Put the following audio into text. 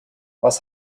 was